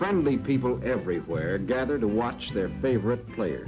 friendly people everywhere gather to watch their favorite player